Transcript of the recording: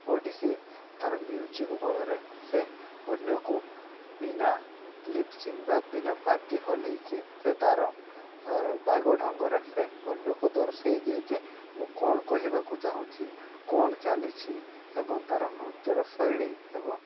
ଓଡ଼ିଶୀ ତା'ର ମ୍ୟୁଜିକ୍ ବଳରେ ସେ ଅନ୍ୟକୁ ବିନା ଲିପ୍ସିଂ ବା ବିନା ପାଟି ହଲାଇକି ସେ ତା'ର ବାଗ ଢଙ୍ଗରେ ସେ ଅନ୍ୟକୁ ଦର୍ଶାଇ ଦିଏ ଯେ ମୁଁ କ'ଣ କହିବାକୁ ଚାହୁଁଛି କ'ଣ ଚାଲିଛି ଏବଂ ତା'ର ନୃତ୍ୟର ଶୈଳୀ ଏବଂ